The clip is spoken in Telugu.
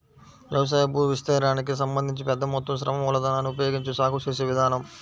వ్యవసాయ భూవిస్తీర్ణానికి సంబంధించి పెద్ద మొత్తం శ్రమ మూలధనాన్ని ఉపయోగించి సాగు చేసే విధానం